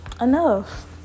enough